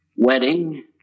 Wedding